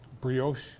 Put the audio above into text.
brioche